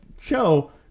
show